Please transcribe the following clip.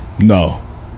no